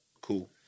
Cool